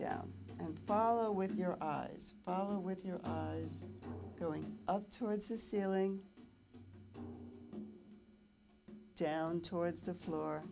down and follow with your eyes follow with you're going up towards the ceiling down towards the floor